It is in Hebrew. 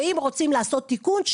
אם רוצים לעשות תיקון,